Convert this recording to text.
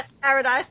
paradise